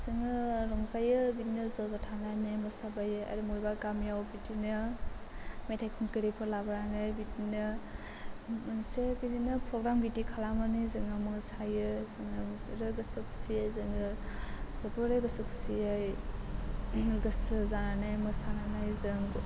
जोङो रंजायो बिदिनो ज' ज' थांनानै मोसाबायो आरो बबेबा गामियाव बिदिनो मेथाइ खनगिरिफोर लाबोनानै बिदिनो मोनसे बिदिनो फ्रग्राम बिदि खालामनानै जोङो मोसायो जोङो मुसुरो गोसो खुसियै जोङो जोबोरै गोसो खुसियै गोसो जानानै मोसानानै जों